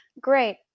great